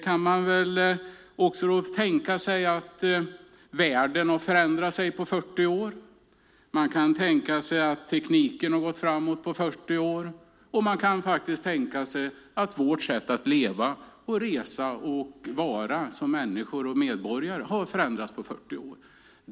Man kan tänka sig att världen har förändrats på 40 år. Man kan tänka sig att tekniken har gått framåt och att vårt sätt att leva, resa och vara som människor och medborgare har förändrats på 40 år.